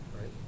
right